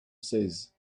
says